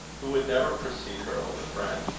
who would never precede her older friend.